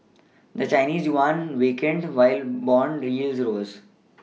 the Chinese yuan weakened while bond the yields rose